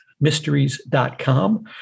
mysteries.com